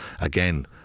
Again